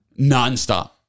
nonstop